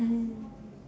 mm